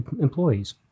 employees